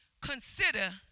consider